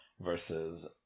versus